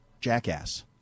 jackass